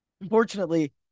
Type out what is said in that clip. unfortunately